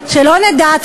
שלא נדע,